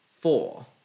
four